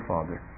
Father